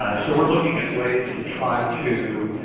ah so weire looking at ways to try to